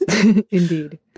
Indeed